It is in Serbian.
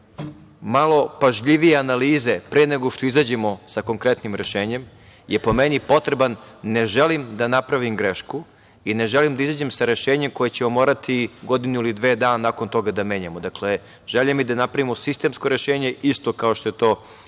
malo pažljivije analize pre nego što izađemo sa konkretnim rešenjem po meni je potreban. Ne želim da napravim grešku i ne želim da izađem sa rešenjem koje ćemo morati godinu ili dve dana nakon toga da menjamo. Dakle, želim da napravimo sistemsko rešenje isto kao što je to